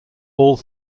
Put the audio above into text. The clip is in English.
all